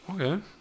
Okay